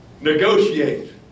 negotiate